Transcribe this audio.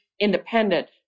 independent